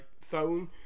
phone